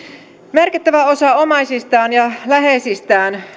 merkittävä osa omaisiaan ja läheisiään